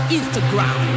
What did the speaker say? Instagram